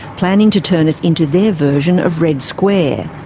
planning to turn it into their version of red square.